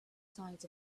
sides